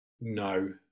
no